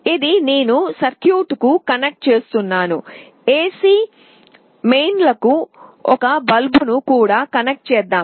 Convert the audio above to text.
ఇది నేను సర్క్యూట్కు కనెక్ట్ చేస్తున్నాను ఎసి మెయిన్లకు ఒక బల్బును కూడా కనెక్ట్ చేద్దాం